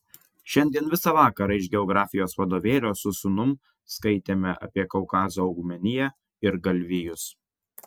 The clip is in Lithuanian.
šiandien visą vakarą iš geografijos vadovėlio su sūnum skaitėme apie kaukazo augmeniją ir galvijus